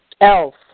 Elf